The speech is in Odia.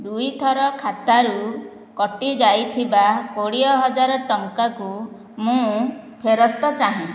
ଦୁଇଥର ଖାତାରୁ କଟିଯାଇଥିବା କୋଡିଏ ହଜାର ଟଙ୍କା କୁ ମୁଁ ଫେରସ୍ତ ଚାହେଁ